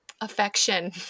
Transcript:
affection